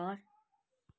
घर